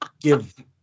give